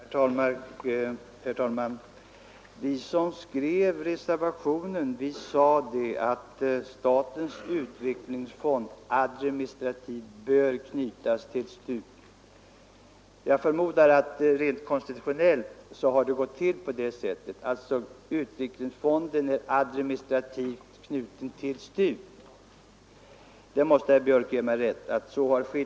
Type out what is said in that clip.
Herr talman! Vi reservanter har sagt att statens utvecklingsfond administrativt bör knytas till STU. Jag förmodar att det rent konstitutionellt har gått till så att utvecklingsfonden från början administrativt knutits till STU. Det måste herr Björck i Nässjö ge mig rätt i.